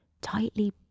tightly